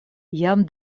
jam